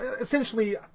essentially